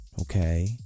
okay